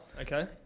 okay